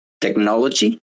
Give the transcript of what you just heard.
technology